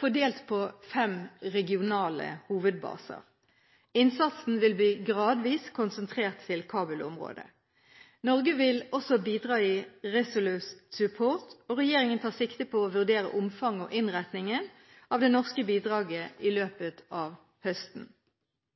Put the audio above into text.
fordelt på fem regionale hovedbaser. Innsatsen vil gradvis bli konsentrert til Kabul-området. Norge vil også bidra i operasjon Resolute Support, og regjeringen tar sikte på å vurdere omfanget og innretningen av det norske bidraget i løpet av høsten.